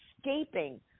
escaping